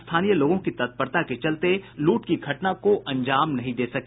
स्थानीय लोगों की तत्परता के चलते अपराधी लूट की घटना को अंजाम नहीं दे सके